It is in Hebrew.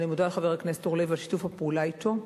אני מודה לחבר הכנסת אורלב על שיתוף הפעולה אתו.